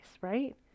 right